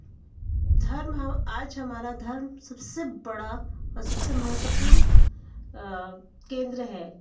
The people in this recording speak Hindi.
धर्म आज हमारा धर्म सबसे बड़ा सबसे महत्वपूर्ण केंद्र है